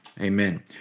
amen